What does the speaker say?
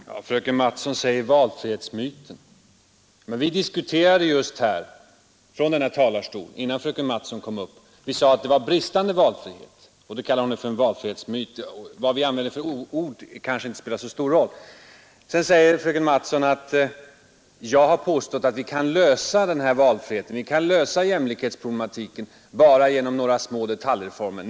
Herr talman! Fröken Mattson talar om valfrihetsmyten. Innan fröken Mattson kom upp diskuterade vi just denna sak. Vi sade att det var en bristande valfrihet. Det kallar hon för valfrihetsmyt. Vad vi använde för ord kanske inte spelar så stor roll. Så säger fröken Mattson att jag påstått att vi kan lösa frågan om valfrihet och lösa jämlikhetsproblematiken bara genom några små detaljreformer.